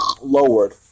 lowered